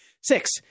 Six